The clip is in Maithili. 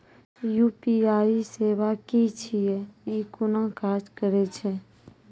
यु.पी.आई सेवा की छियै? ई कूना काज करै छै?